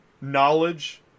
knowledge